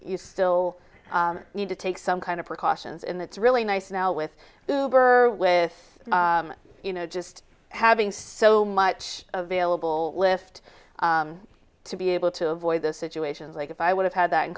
you still need to take some kind of precautions in that's really nice now with with you know just having so much available lift to be able to avoid those situations like if i would have had that in